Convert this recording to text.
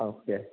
औ दे